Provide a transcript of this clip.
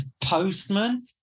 postman